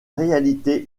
réalité